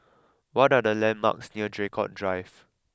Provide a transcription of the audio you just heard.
what are the landmarks near Draycott Drive